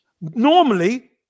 Normally